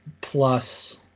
plus